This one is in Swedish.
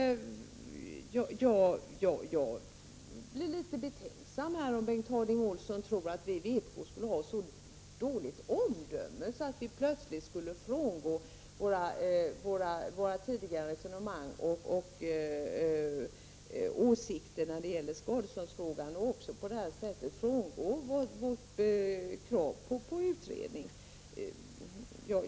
Jag blir litet betänksam, om Bengt Harding Olson tror att vi i vpk skulle ha så dåligt omdöme att vi plötsligt skulle frångå våra tidigare resonemang och åsikter när det gäller skadeståndsfrågan och frångå vårt krav på en utredning.